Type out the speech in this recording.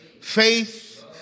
faith